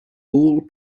all